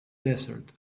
desert